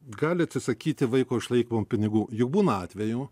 gali atsisakyti vaiko išlaikymo pinigų juk būna atvejų